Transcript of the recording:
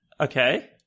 Okay